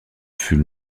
fut